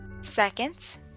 Seconds